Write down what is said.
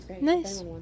Nice